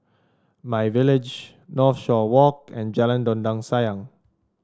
MyVillage Northshore Walk and Jalan Dondang Sayang